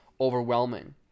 overwhelming